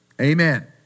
Amen